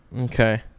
Okay